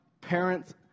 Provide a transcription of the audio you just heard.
parents